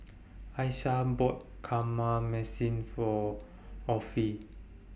Aisha bought For